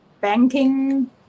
banking